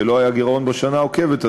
ולא היה גירעון בשנה העוקבת,